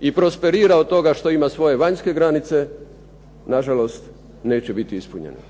i prosperira od toga što ima svoje vanjske granice, nažalost neće biti ispunjena.